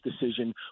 decision